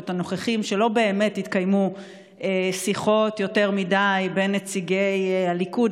ואת הנוכחים שלא באמת התקיימו שיחות יותר מדי בין נציגי הליכוד,